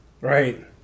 Right